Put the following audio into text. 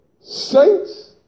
Saints